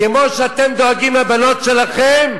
כמו שאתם דואגים לבנות שלכם,